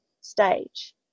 stage